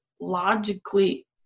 logically